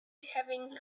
having